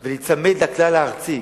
ולהיצמד לכלל הארצי,